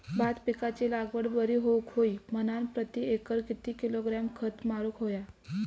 भात पिकाची लागवड बरी होऊक होई म्हणान प्रति एकर किती किलोग्रॅम खत मारुक होया?